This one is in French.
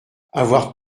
avoir